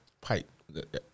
pipe